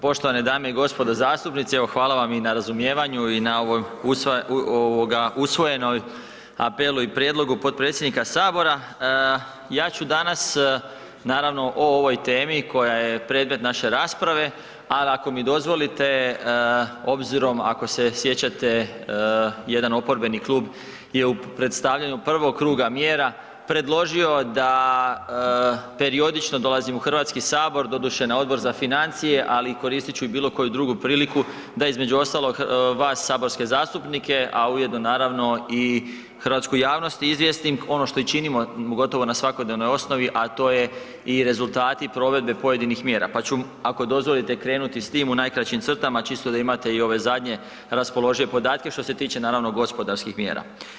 Poštovane dame i gospodo zastupnici, evo hvala vam i na razumijevanju i na ovoj ovoga usvojenom apelu i prijedlogu potpredsjednika sabora, ja ću danas naravno o ovoj temi koja je predmet naše rasprave, ali ako mi dozvolite obzirom ako se sjećate jedan oporbeni klub je u predstavljanju prvog kluba mjera predložio da periodično dolazim u Hrvatski sabor, doduše na Odbor za financije, ali koristit ću i bilo koju drugu priliku da između ostalog vas saborske zastupnike, a ujedno naravno i hrvatsku javnost izvijestim ono što i činimo gotovo na svakodnevnoj osnovi, a to je i rezultati provedbe pojedinih mjera, pa ću ako dozvolite krenuti s tim u najkraćim crtama čisto da imate i ove zadnje raspoložive podatke što se tiče naravno gospodarskih mjera.